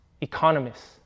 economists